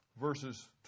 verses